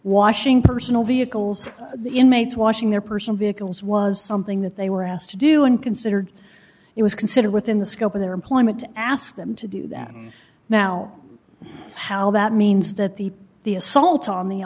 washing personal vehicles the inmates washing their personal vehicles was something that they were asked to do and considered it was considered within the scope of their employment to ask them to do that and now how that means that the the assault on the